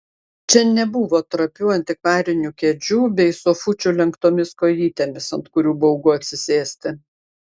čia nebuvo trapių antikvarinių kėdžių bei sofučių lenktomis kojytėmis ant kurių baugu atsisėsti